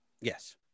Yes